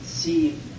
see